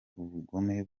ubugome